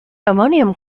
ammonium